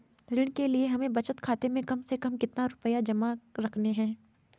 ऋण के लिए हमें बचत खाते में कम से कम कितना रुपये जमा रखने हैं?